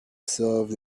served